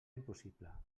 impossible